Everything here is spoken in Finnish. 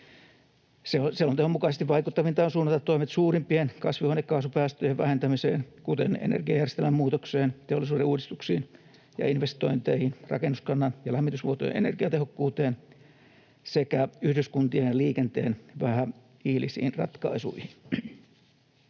Selonteon mukaisesti vaikuttavinta on suunnata toimet suurimpien kasvihuonekaasupäästöjen vähentämiseen, kuten energiajärjestelmämuutokseen, teollisuuden uudistuksiin ja investointeihin, rakennuskannan ja lämmitysmuotojen energiatehokkuuteen sekä yhdyskuntien ja liikenteen vähähiilisiin ratkaisuihin.